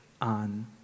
on